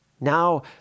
Now